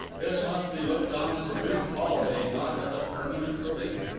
this must be looked on as a brief holiday, not as a permanent relief.